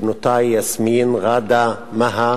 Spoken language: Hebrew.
בנותי יסמין, ע'אדה, מאהא,